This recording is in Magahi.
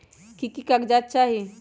की की कागज़ात चाही?